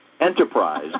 enterprise